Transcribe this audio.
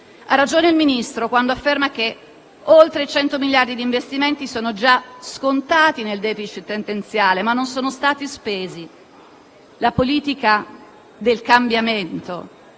Ha ragione il Ministro, quando afferma che oltre 100 miliardi di euro di investimenti sono già scontati nel *deficit* tendenziale, ma non sono stati spesi. La politica del cambiamento